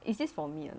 is this for me or not